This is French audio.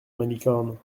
malicorne